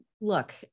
look